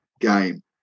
game